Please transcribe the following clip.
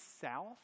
south